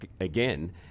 again